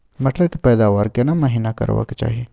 मटर के पैदावार केना महिना करबा के चाही?